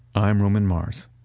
i'm roman mars